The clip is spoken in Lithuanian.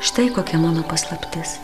štai kokia mano paslaptis